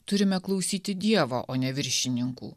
turime klausyti dievo o ne viršininkų